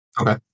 Okay